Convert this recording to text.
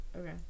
Okay